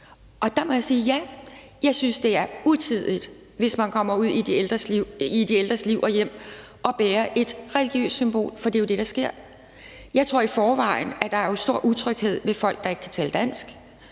Der må jeg sige, at ja, jeg synes, det er utidigt, hvis man kommer ud i de ældres liv og hjem og bærer et religiøst symbol, for det er jo det, der sker. Jeg tror, der i forvejen er stor utryghed ved folk, der ikke kan tale dansk,